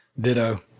ditto